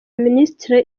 ministre